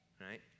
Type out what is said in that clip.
Right